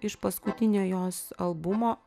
iš paskutinio jos albumo